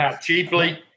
cheaply